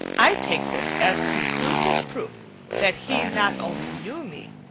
i take this as conclusive proof that he not only knew me,